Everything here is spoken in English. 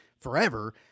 forever